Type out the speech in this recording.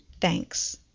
thanks